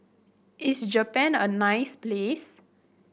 is Japan a nice place